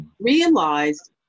realized